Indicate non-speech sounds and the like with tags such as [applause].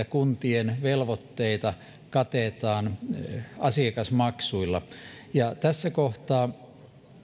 [unintelligible] kuntien velvoitteita katetaan asiakasmaksuilla tässä kohtaa